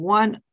one